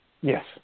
Yes